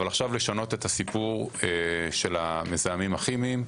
אבל עכשיו לשנות את הסיפור של המזהמים הכימיים,